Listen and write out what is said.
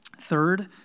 Third